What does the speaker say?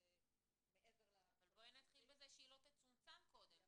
אבל בואי נתחיל בזה שהיא לא תצומצם קודם,